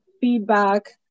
feedback